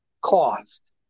cost